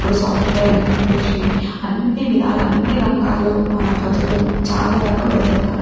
ఇప్పుడు సాఫ్ట్వేర్ అని చెప్పేషి అన్నీ విధాల అన్నీ రంగాల్లో మన ప్రజలు చాలా వరకు వెళ్తున్నారు